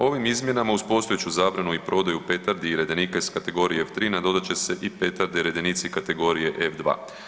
Ovim izmjenama uz postojeću zabranu i prodaju petardi i redenika iz kategorije F3 nadodat će se i petarde i redenici kategorije F2.